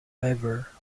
ever